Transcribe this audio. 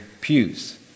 pews